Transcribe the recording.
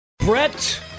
Brett